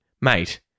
mate